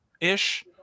ish